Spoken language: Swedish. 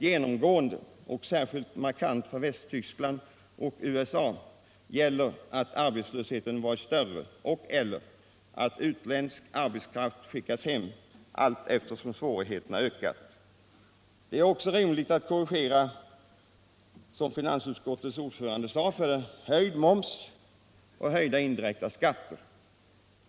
Genomgående — och särskilt markant för Västtyskland och USA -— gäller att arbetslösheten i andra länder varit större och/eller att utländsk arbetskraft skickats hem allteftersom svårigheterna ökat. Det är ju också rimligt att man, som finansutskottets ordförande framhöll, gör korrigeringar för höjd moms och höjda indirekta skatter.